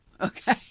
Okay